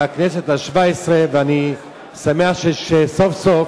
בכנסת השבע-עשרה, ואני שמח שסוף-סוף